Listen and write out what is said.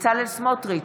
בצלאל סמוטריץ'